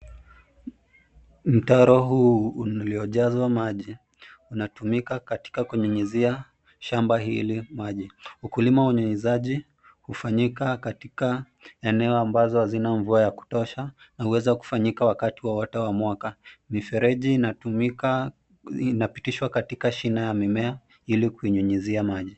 Mtaro huu uliojazwa maji. Unatumika katika kunyunyizia shamba hili maji. Ukulima wa unyunyizaji hufanyika katika eneo ambazo hazina mvua ya kutosha na uweza kufanyika wakati wowote wa mwaka. Mifereji inapitishwa katika shina ya mimea ili kuinyunyizia maji.